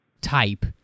type